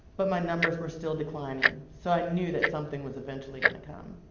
but my numbers were still declining, so i knew that something was eventually gonna come.